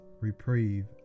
reprieve